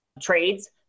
trades